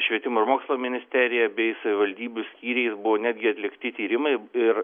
švietimo ir mokslo ministerija bei savivaldybių skyriais buvo netgi atlikti tyrimai ir